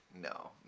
no